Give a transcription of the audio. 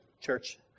church